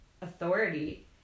authority